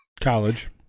College